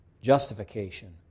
justification